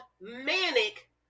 manic